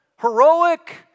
heroic